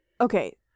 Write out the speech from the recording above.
okay